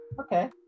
Okay